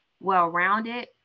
well-rounded